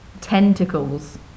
tentacles